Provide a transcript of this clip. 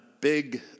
big